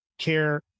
care